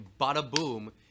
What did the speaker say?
bada-boom